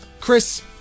Chris